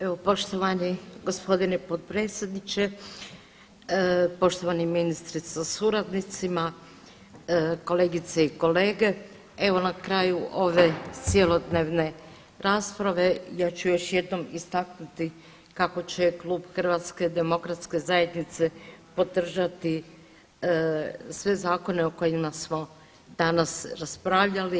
Evo poštovani gospodine potpredsjedniče, poštovani ministre sa suradnicima, kolegice i kolege, evo na kraju ove cjelodnevne rasprave ja ću još jednom istaknuti kako će Klub HDZ-a podržati sve zakone o kojima smo danas raspravljali.